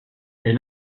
est